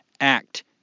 act